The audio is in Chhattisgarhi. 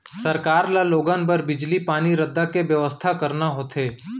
सरकार ल लोगन बर बिजली, पानी, रद्दा के बेवस्था करना होथे